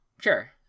Sure